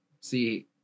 see